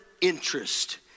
interest